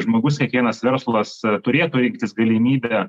žmogus kiekvienas verslas turėtų rinktis galimybę